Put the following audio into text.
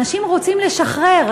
אנשים רוצים לשחרר,